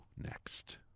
next